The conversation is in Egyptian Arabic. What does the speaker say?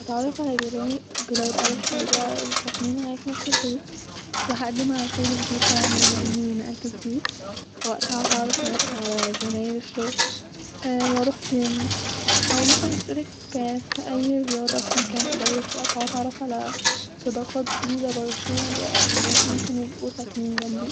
هتعرف ع جيراني الجداد اول حاجه الناس الي سكانين معايا في البيت-وهقدم على شغل جديد طبعا بما اني نقلت جديد-واقتها هتعرف على زمايل الشغل و روح جيم -او ممكن اتشرك فى اى مكان قريب واقتها هتعرف علي-صداقات جديده بردو لناس ممكن يبقو ساكنين جمبي